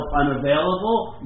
unavailable